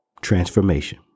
Transformation